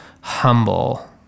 humble